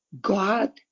God